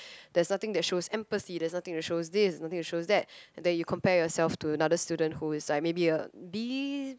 there's nothing that shows empathy there's nothing that shows this there's nothing that shows that and then you compare yourself to another student who is like maybe a B